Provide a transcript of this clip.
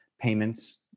payments